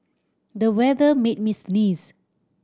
the weather made me sneeze